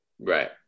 Right